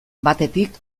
batetik